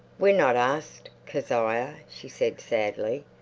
we're not asked, kezia, she said sadly.